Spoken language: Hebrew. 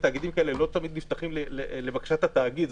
תאגידים כאלה לא תמיד נפתחים לבקשת התאגיד.